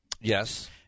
Yes